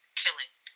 killing